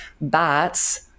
bats